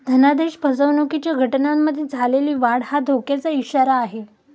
धनादेश फसवणुकीच्या घटनांमध्ये झालेली वाढ हा धोक्याचा इशारा आहे